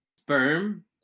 sperm